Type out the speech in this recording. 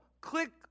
click